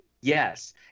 Yes